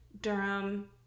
Durham